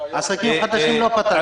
לעסקים החדשים לא פתרתם?